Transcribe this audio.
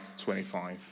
25